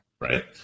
Right